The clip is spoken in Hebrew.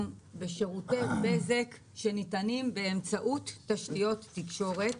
בשירותי בזק שניתנים באמצעות תשתיות תקשורת,